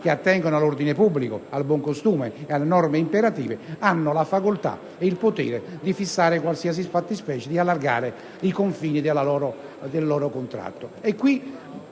che attengono all'ordine pubblico, al buon costume e alle norme imperative, abbiano la facoltà e il potere di fissare qualsiasi fattispecie e di allargare i confini del loro contratto.